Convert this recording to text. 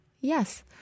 yes